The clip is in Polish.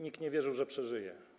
Nikt nie wierzył, że przeżyje.